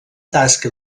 tasca